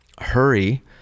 hurry